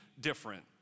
different